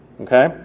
Okay